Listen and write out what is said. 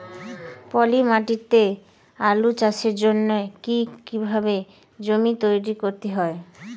পলি মাটি তে আলু চাষের জন্যে কি কিভাবে জমি তৈরি করতে হয়?